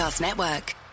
network